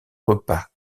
repas